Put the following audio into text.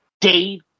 dave